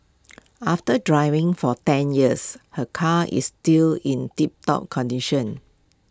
after driving for ten years her car is still in tiptop condition